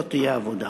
לא תהיה עבודה.